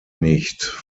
nicht